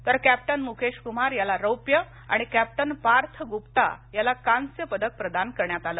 तर कॅप्टन मुकेश कुमार याला रौप्य आणि कॅप्टन पार्थ ग्रप्ता याला कांस्य पदक प्रदान करण्यात आल